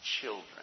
children